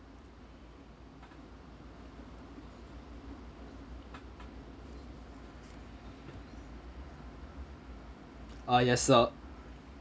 ah yes sir